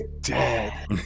dead